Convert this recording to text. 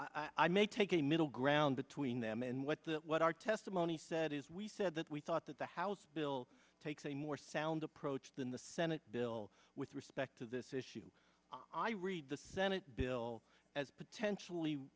that i may take a middle ground between them and what that what our testimony said is we said that we thought that the house bill takes a more sound approach than the senate bill with respect to this issue i read the senate bill as potentially